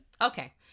Okay